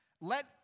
Let